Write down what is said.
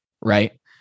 Right